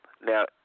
Now